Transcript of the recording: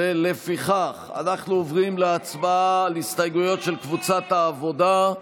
לפיכך אנחנו עוברים להצבעה על הסתייגות של קבוצת העבודה.